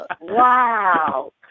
Wow